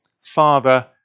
Father